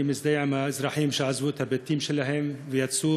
אני מזדהה עם האזרחים שעזבו את הבתים שלהם ויצאו,